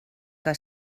que